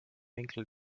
winkel